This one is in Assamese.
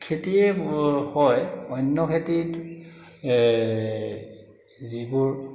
খেতিয়ে হয় অন্য় খেতিত হেৰিবোৰ